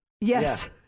Yes